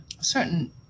certain